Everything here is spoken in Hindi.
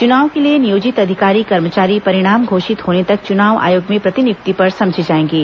चुनाव के लिए नियोजित अधिकारी कर्मचारी परिणाम घोषित होने तक चुनाव आयोग में प्रतिनियुक्ति पर समझे जाएंगे